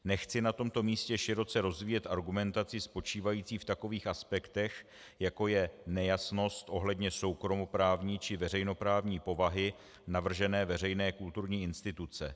Nechci na tomto místě široce rozvíjet argumentaci spočívající v takových aspektech, jako je nejasnost soukromoprávní či veřejnoprávní povahy navržené veřejné kulturní instituce.